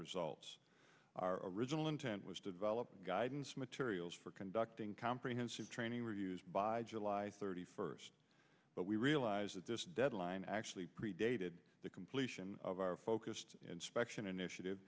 results our original intent was to develop guidance materials for conducting comprehensive training reviews by july thirty first but we realize that this deadline actually predated the completion of our focused inspection initiative